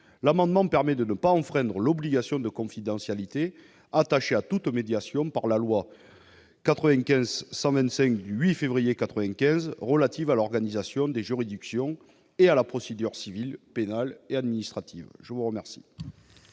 L'amendement permet de ne pas enfreindre l'obligation de confidentialité attachée à toute médiation par la loi du 8 février 1995 relative à l'organisation des juridictions et à la procédure civile, pénale et administrative. L'amendement